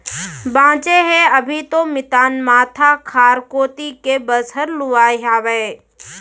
बांचे हे अभी तो मितान माथा खार कोती के बस हर लुवाय हावय